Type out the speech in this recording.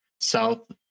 south